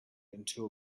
into